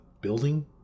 building